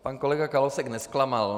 Pan kolega Kalousek nezklamal.